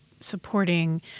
supporting